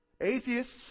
atheists